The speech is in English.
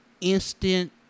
instant